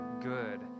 good